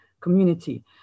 community